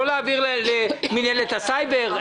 לא להעביר למינהלת הסייבר,